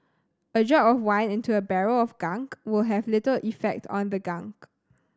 a drop of wine into a barrel of gunk will have little effect on the gunk